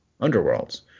Underworlds